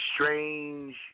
strange